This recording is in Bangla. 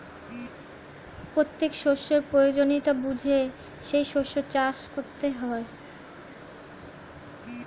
প্রত্যেক শস্যের প্রয়োজনীয়তা বুঝে সেই শস্য চাষ করতে হয়